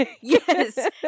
Yes